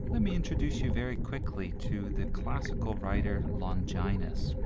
let me introduce you very quickly to the classical writer longinus,